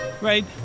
right